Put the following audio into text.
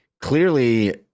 clearly